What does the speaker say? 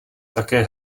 také